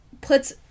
puts